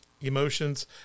emotions